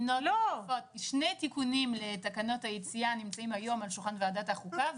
שני תיקונים לתקנות היציאה נמצאים היום על שולחן ועדת החוקה.